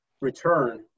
return